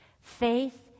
Faith